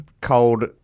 cold